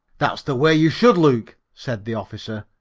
that's the way you should look, said the officer,